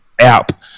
app